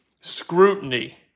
scrutiny